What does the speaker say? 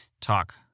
talk